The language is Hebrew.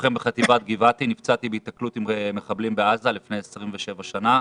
כלוחם בחטיבת גבעתי נפצעתי בהיתקלות עם מחבלים בעזה לפני 27 שנה.